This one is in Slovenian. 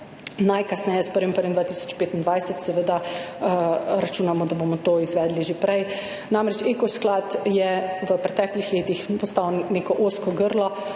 najkasneje s 1. 1. 2025. Seveda računamo, da bomo to izvedli že prej, namreč Eko sklad je v preteklih letih postal neko ozko grlo.